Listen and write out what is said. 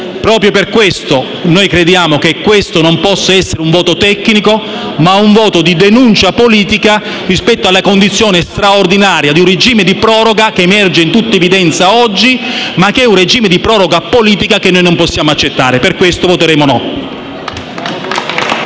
Proprio per queste ragioni noi crediamo che questo non possa essere un voto tecnico, ma che debba essere un voto di denuncia politica rispetto alle condizioni straordinarie di un regime di proroga che emerge in tutta evidenza oggi, ma che si configura come una proroga politica, che noi non possiamo accettare. Per questo esprimeremo un